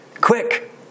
quick